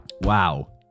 Wow